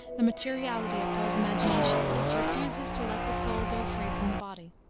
the materiality of poe's imagination, which refuses to let the soul go free from the body.